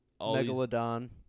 Megalodon